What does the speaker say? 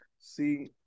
See